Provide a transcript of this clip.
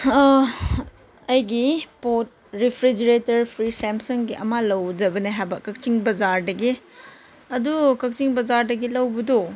ꯑꯩꯒꯤ ꯄꯣꯠ refrigerator fridge ꯁꯦꯝꯁꯪꯒꯤ ꯑꯃ ꯂꯧꯒꯗꯕꯅꯦ ꯍꯥꯏꯕ ꯀꯛꯆꯤꯡ ꯕꯖꯥꯔꯗꯒꯤ ꯑꯗꯨ ꯀꯛꯆꯤꯡ ꯕꯖꯥꯔꯗꯒꯤ ꯂꯧꯕꯗꯣ